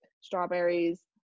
strawberries